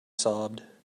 sobbed